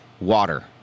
water